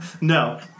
No